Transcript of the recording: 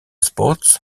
sports